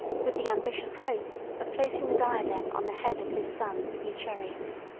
with the ambitious hope of placing the diadem on the head of his son eucherius.